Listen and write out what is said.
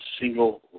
single